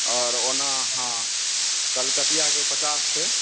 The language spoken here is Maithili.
आओर ओना अहाँ कलकतिआके पचास छै